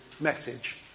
message